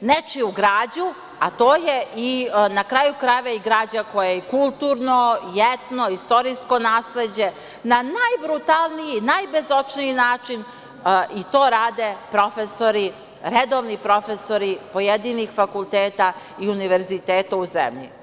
nečiju građu, a to je i na kraju krajeva i građa koja je kulturno, etno i istorijsko nasleđe na najbrutalniji, najbezočniji način i to rade redovni profesori pojedinih fakulteta i univerziteta u zemlji.